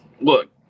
look